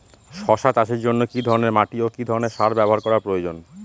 শশা চাষের জন্য কি ধরণের মাটি ও কি ধরণের সার ব্যাবহার করা প্রয়োজন?